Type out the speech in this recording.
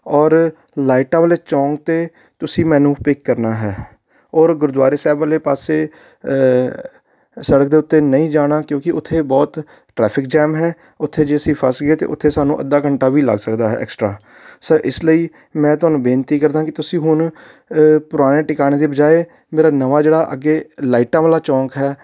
ਔਰ ਲਾਈਟਾਂ ਵਾਲੇ ਚੌਂਕ 'ਤੇ ਤੁਸੀਂ ਮੈਨੂੰ ਪਿਕ ਕਰਨਾ ਹੈ ਔਰ ਗੁਰਦੁਆਰੇ ਸਾਹਿਬ ਵਾਲੇ ਪਾਸੇ ਸੜਕ ਦੇ ਉੱਤੇ ਨਹੀਂ ਜਾਣਾ ਕਿਉਂਕਿ ਉੱਥੇ ਬਹੁਤ ਟਰੈਫਿਕ ਜੈਮ ਹੈ ਉੱਥੇ ਜੇ ਅਸੀਂ ਫੱਸ ਗਏ ਅਤੇ ਉੱਥੇ ਸਾਨੂੰ ਅੱਧਾ ਘੰਟਾ ਵੀ ਲੱਗ ਸਕਦਾ ਹੈ ਐਕਸਟਰਾ ਸਰ ਇਸ ਲਈ ਮੈਂ ਤੁਹਾਨੂੰ ਬੇਨਤੀ ਕਰਦਾ ਕਿ ਤੁਸੀਂ ਹੁਣ ਪੁਰਾਣੇ ਟਿਕਾਣੇ ਦੇ ਬਜਾਏ ਮੇਰਾ ਨਵਾਂ ਜਿਹੜਾ ਅੱਗੇ ਲਾਈਟਾਂ ਵਾਲਾ ਚੌਂਕ ਹੈ